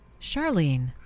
Charlene